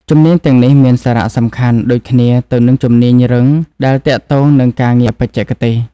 ជំនាញទាំងនេះមានសារៈសំខាន់ដូចគ្នាទៅនឹងជំនាញរឹងដែលទាក់ទងនឹងការងារបច្ចេកទេស។